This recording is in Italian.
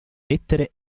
lettere